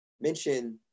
mention